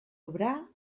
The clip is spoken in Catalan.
obrar